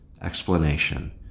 explanation